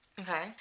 Okay